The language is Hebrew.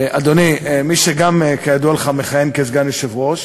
אדוני, מי שגם, כידוע לך, מכהן כסגן יושב-ראש